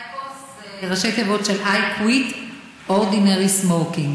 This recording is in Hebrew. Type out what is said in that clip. IQOS זה ראשי תיבות של I Quit Ordinary Smoking.